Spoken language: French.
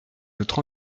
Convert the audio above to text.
votre